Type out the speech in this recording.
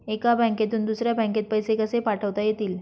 एका बँकेतून दुसऱ्या बँकेत पैसे कसे पाठवता येतील?